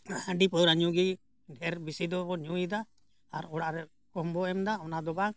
ᱦᱟᱺᱰᱤ ᱯᱟᱹᱣᱨᱟᱹ ᱧᱩᱜᱮ ᱰᱷᱮᱨ ᱵᱤᱥᱤ ᱫᱚᱵᱚᱱ ᱧᱩᱭᱮᱫᱟ ᱟᱨ ᱚᱲᱟᱜ ᱨᱮ ᱠᱚᱢ ᱵᱚᱱ ᱮᱢᱫᱟ ᱚᱱᱟᱫᱚ ᱵᱟᱝ